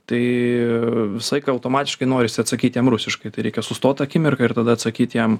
tai visą laiką automatiškai norisi atsakyti jam rusiškai tai reikia sustot akimirką ir tada atsakyt jam